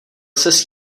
ses